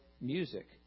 music